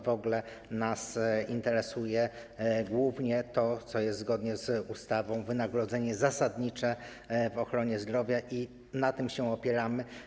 W ogóle nas interesuje głównie to, co jest zgodnie z ustawą wynagrodzeniem zasadniczym w ochronie zdrowia, i na tym się opieramy.